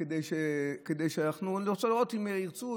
כי אני רוצה לראות: אם ירצו,